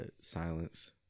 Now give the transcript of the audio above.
silence